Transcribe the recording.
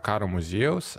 karo muziejaus